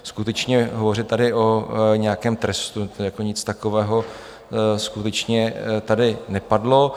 Skutečně hovořit tady o nějakém trestu, to jako nic takového skutečně tady nepadlo.